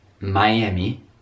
Miami